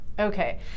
Okay